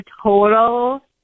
total